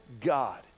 God